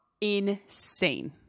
insane